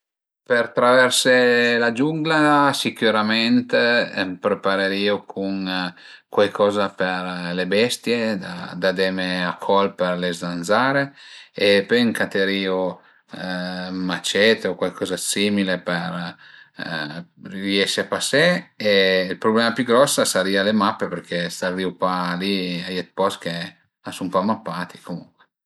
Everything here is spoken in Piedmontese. Për traversé la giunga sicürament m'preparerìu cun cuaicoza për le bestie, da deme a col për le zanzare e pöi më caterìu ën macete o cuaicoza d'simile për riesi a pasé e ël prublema pi gros a sarìa le mappe perché savrìu pa, li a ie d'post che a sun pa mappati comuncue